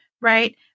right